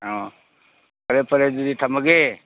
ꯑꯣ ꯐꯔꯦ ꯐꯔꯦ ꯑꯗꯨꯗꯤ ꯊꯝꯃꯒꯦ